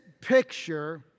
picture